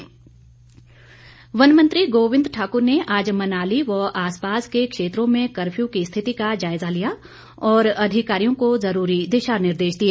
गोविंद ठाकुर वन मंत्री गोविंद ठाकुर ने आज मनाली व आसपास के क्षेत्रों में कफ्यू की स्थिति का जायजा लिया और अधिकारियों को जरूरी दिशा निर्देश दिए